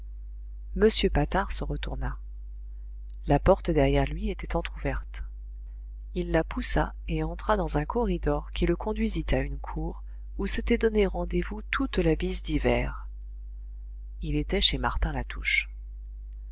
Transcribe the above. m patard se retourna la porte derrière lui était entrouverte il la poussa et entra dans un corridor qui le conduisit à une cour où s'était donné rendez-vous toute la bise d'hiver il était chez martin latouche